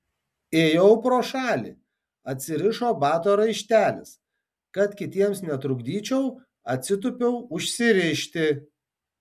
ėjau pro šalį atsirišo bato raištelis kad kitiems netrukdyčiau atsitūpiau užsirišti